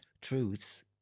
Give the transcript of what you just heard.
truths